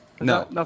No